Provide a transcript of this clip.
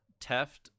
Teft